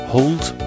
Hold